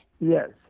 Yes